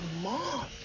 mom